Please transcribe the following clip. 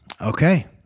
okay